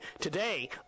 today